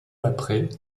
après